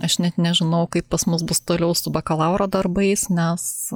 aš net nežinau kaip pas mus bus toliau su bakalauro darbais nes